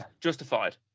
justified